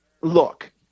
Look